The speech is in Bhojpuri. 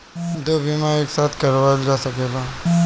दो बीमा एक साथ करवाईल जा सकेला?